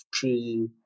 three